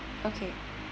okay